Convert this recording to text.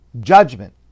judgment